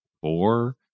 four